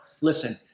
listen